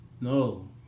no